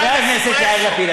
חבר הכנסת יאיר לפיד.